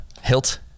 hilt